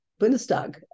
Bundestag